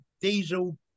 diesel